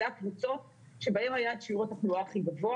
אלה הקבוצות בהן היה שיעור התחלואה הכי גבוה